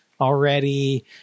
already